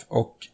och